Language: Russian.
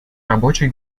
рабочей